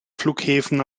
flughäfen